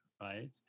right